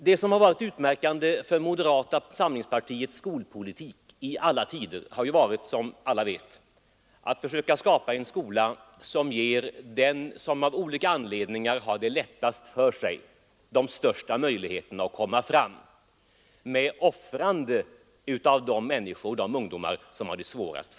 Det som varit utmärkande för moderata samlingspartiets skolpolitik har ju varit, som alla vet, att försöka skapa en skola som ger den som av olika anledningar har lättast för sig de största möjligheterna att komma fram, med offrande av de ungdomar som har det svårast.